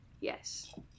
Yes